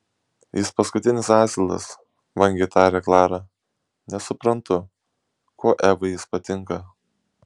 jis paskutinis asilas vangiai taria klara nesuprantu kuo evai jis patinka